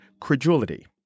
credulity